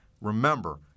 remember